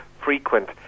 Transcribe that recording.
frequent